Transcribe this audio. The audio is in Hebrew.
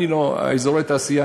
אזורי התעשייה,